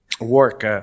work